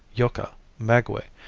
yucca, maguey,